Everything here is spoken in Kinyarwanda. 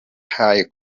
high